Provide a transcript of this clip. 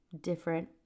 different